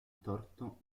torto